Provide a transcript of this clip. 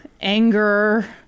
anger